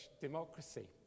democracy